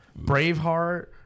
Braveheart